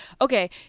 Okay